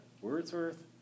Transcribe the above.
Wordsworth